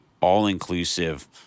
all-inclusive